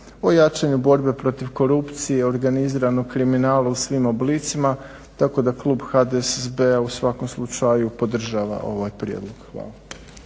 o jačanju borbe protiv korupcije, organiziranog kriminala u svim oblicima. Tako da klub HDSSB-a u svakom slučaju podržava ovaj prijedlog. Hvala.